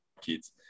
kids